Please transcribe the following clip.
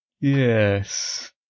Yes